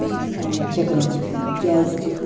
أمۍ چِکنٕکۍ کیٛازِکہِ